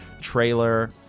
trailer